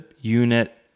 unit